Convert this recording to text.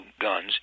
guns